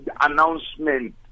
announcement